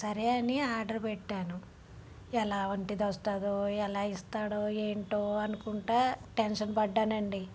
సరే అని ఆర్డరు పెట్టాను ఎలాంటిది వస్తుందో ఎలా ఇస్తాడో ఎంటో అనుకుంటా టెన్షన్ పడ్డానండి